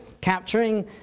Capturing